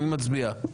מי מצביע?